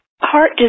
heart